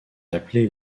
appelés